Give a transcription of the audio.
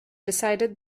decided